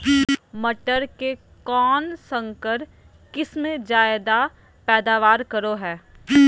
मटर के कौन संकर किस्म जायदा पैदावार करो है?